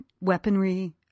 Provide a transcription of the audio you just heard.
weaponry